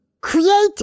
Create